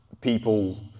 people